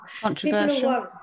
controversial